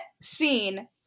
scene